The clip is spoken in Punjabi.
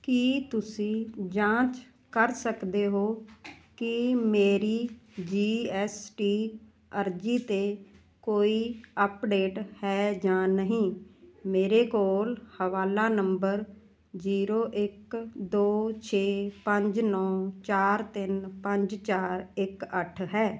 ਕੀ ਤੁਸੀਂ ਜਾਂਚ ਕਰ ਸਕਦੇ ਹੋ ਕਿ ਮੇਰੀ ਜੀ ਐੱਸ ਟੀ ਅਰਜ਼ੀ 'ਤੇ ਕੋਈ ਅੱਪਡੇਟ ਹੈ ਜਾਂ ਨਹੀਂ ਮੇਰੇ ਕੋਲ ਹਵਾਲਾ ਨੰਬਰ ਜ਼ੀਰੋ ਇੱਕ ਦੋ ਛੇ ਪੰਜ ਨੌਂ ਚਾਰ ਤਿੰਨ ਪੰਜ ਚਾਰ ਇੱਕ ਅੱਠ ਹੈ